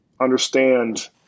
understand